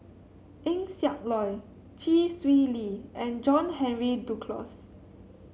Eng Siak Loy Chee Swee Lee and John Henry Duclos